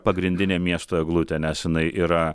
pagrindinė miesto eglutė nes jinai yra